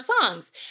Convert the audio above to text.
songs—